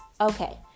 okay